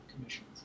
commissions